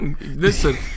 listen